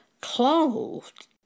clothed